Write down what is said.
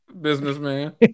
businessman